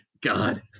God